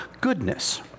goodness